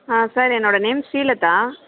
ஆ sir என்னோட name Srilatha